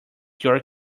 your